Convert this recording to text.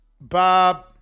Bob